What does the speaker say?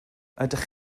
ydych